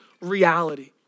reality